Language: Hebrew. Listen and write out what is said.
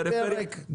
אל תפריעו לו.